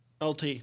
LT